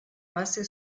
base